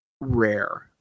rare